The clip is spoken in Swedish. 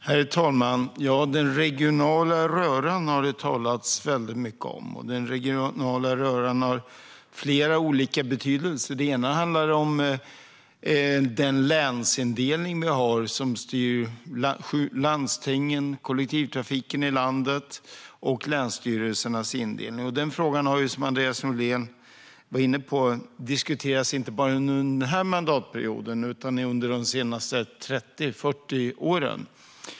Herr talman! Ja, den regionala röran har det talats väldigt mycket om. Den regionala röran har flera olika betydelser. En handlar om den länsindelning vi har som styr landstingen, kollektivtrafiken i landet och länsstyrelsernas indelning. Den frågan har, som Andreas Norlén var inne på, diskuterats inte bara under denna mandatperiod utan under de senaste 30-40 åren.